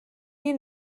wir